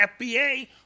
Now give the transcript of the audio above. FBA